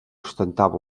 ostentava